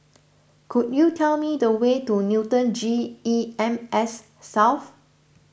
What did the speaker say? could you tell me the way to Newton G E M S South